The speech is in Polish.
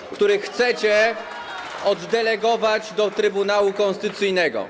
Brawo! ...których chcecie oddelegować do Trybunału Konstytucyjnego.